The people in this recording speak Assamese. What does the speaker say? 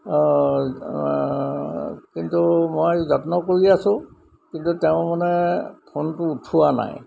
কিন্তু মই যত্ন কৰি আছোঁ কিন্তু তেওঁ মানে ফোনটো উঠোৱা নাই